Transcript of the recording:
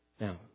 Now